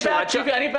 אז כולם אותו דבר.